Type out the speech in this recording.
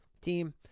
team